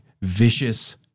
vicious